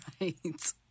Right